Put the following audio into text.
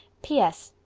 p s.